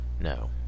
no